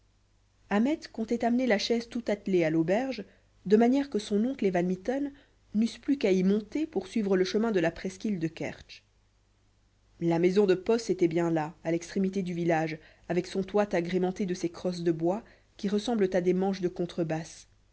ahmet comptait amener la chaise toute attelée à l'auberge de manière que son oncle et van mitten n'eussent plus qu'à y monter pour suivre le chemin de la presqu'île de kertsch la maison de poste était bien là à l'extrémité du village avec son toit agrémenté de ces crosses de bois qui ressemblent à des manches de contrebasse